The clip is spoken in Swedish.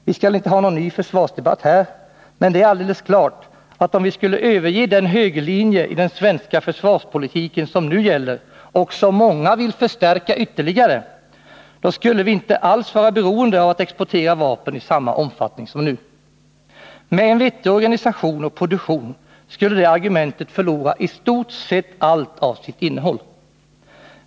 Vi skall inte här ha någon ny försvarsdebatt, men det är alldeles klart att vi, om vi skulle överge den högerlinje i den svenska försvarspolitiken som nu gäller och som många vill förstärka ytterligare, inte alls skulle vara beroende av att exportera vapen i samma omfattning som nu. Med en vettig organisation och produktion skulle det argumentet förlora i stort sett allt av sitt innehåll.